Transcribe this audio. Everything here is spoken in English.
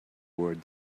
toward